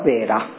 Vera